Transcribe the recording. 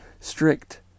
strict